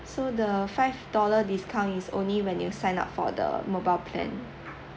so the five dollars discount is only when you sign up for the mobile plan